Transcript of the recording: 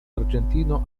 argentino